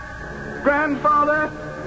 Grandfather